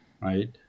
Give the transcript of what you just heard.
right